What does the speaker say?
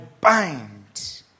bind